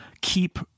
keep